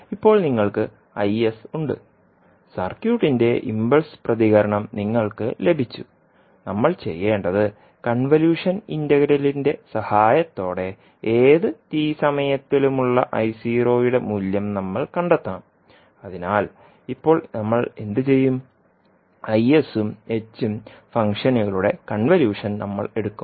ഇപ്പോൾ നിങ്ങൾക്ക് Is ഉണ്ട് സർക്യൂട്ടിന്റെ ഇംപൾസ് പ്രതികരണം നിങ്ങൾക്ക് ലഭിച്ചു നമ്മൾ ചെയ്യേണ്ടത് കൺവല്യൂഷൻ ഇന്റഗ്രലിന്റെ സഹായത്തോടെ ഏത് t സമയത്തിലുമുളള യുടെ മൂല്യം നമ്മൾ കണ്ടെത്തണം അതിനാൽ ഇപ്പോൾ നമ്മൾ എന്തുചെയ്യും Is ഉം h ഉം ഫംഗ്ഷനുകളുടെ കൺവല്യൂഷൻ നമ്മൾ എടുക്കും